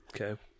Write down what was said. Okay